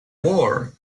war